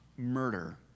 Murder